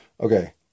Okay